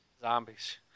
Zombies